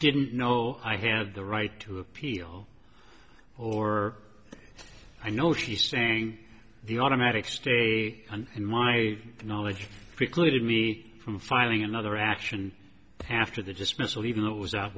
didn't know i had the right to appeal or i know she sang the automatic stay in my knowledge precluded me from filing another action hafter the dismissal even though it was out